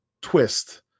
twist